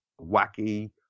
wacky